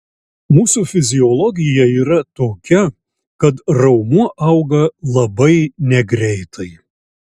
mūsų fiziologija yra tokia kad raumuo auga labai negreitai